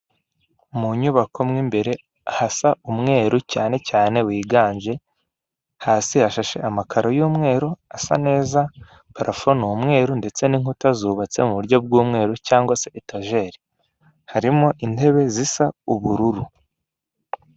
Intebe z'ubwoko bwinshi butandukanye ameza ndetse n'utubati, hari utuba ushobora kubikamo amasahani yawe, hari utuba ushobora kubikamo imyenda ndetse n'utwo wabikamo ibikoresho byawe bigiye bitandukanye, sibyo gusa kandi ushobora kwifuza ibikoresho nk'ibi ukaba wakwibaza ngo nabikurahe? Ushobora kujya kuri murandasi yawe ukandikamo aho wakura ibikoresho nk'ibingibi bitandukanye uhita ubona nimero zabo ukabahamagara kandi babikugezaho byoroshye.